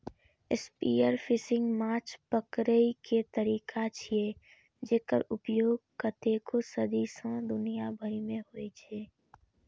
spearfishing माछ पकड़ै के तरीका छियै, जेकर उपयोग कतेको सदी सं दुनिया भरि मे होइ छै